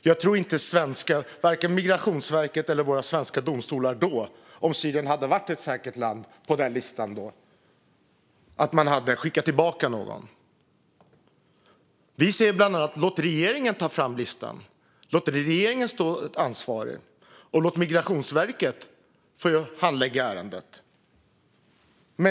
Om Syrien då hade varit med på en lista över säkra länder tror jag inte att Migrationsverket eller våra svenska domstolar skulle ha skickat tillbaka någon dit. Vi säger bland annat: Låt regeringen ta fram listan! Låt regeringen stå ansvarig! Låt Migrationsverket handlägga ärendet!